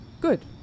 good